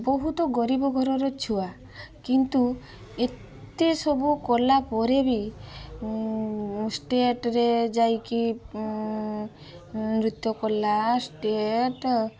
ବହୁତ ଗରିବ ଘରର ଛୁଆ କିନ୍ତୁ ଏତେ ସବୁ କଲା ପରେ ବି ଷ୍ଟେଟ୍ ରେ ଯାଇକି ନୃତ୍ୟ କଲା ଷ୍ଟେଟ୍